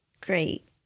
Great